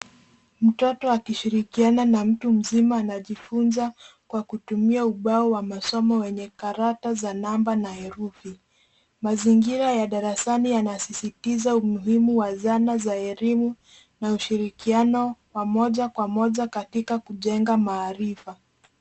Mtoto akishirikiana na mtu mzima anajifunza kwa kutumia ubao wa masomo wenye karata za namba na herufi. Mazingira ya darasani yanasisitiza umuhimu wa zana za elimu na ushirikiano wa moja kwa moja katika kujenga maarifa.